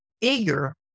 eager